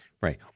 Right